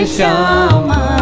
Shama